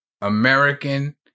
American